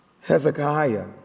Hezekiah